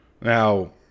Now